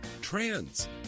trans